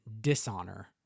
dishonor